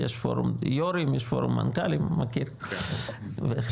פרום יו"רים, יש פורום מנכ"לים, אני מכיר בהחלט.